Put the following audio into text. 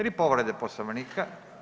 3 povrede Poslovnika.